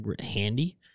handy